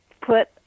put